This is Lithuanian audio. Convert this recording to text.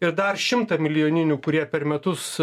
ir dar šimtamilijoninių kurie per metus